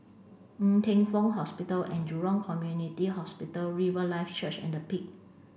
Ng Teng Fong Hospital and Jurong Community Hospital Riverlife Church and Peak